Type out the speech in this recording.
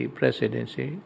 presidency